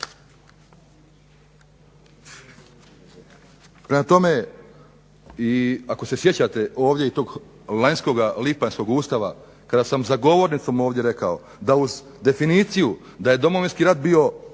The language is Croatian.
tome, ako se sjećate tog lanjskog lipanjskog Ustava kada sam za govornicom ovdje rekao uz definiciju da je Domovinski rat bio